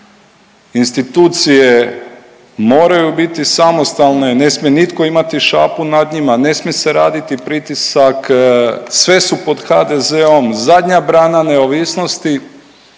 institucije moraju biti samostalne, ne smije nitko imati šapu nad njima, ne smije se raditi pritisak, sve su pod HDZ-om, zadnja brana neovisnosti,